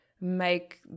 make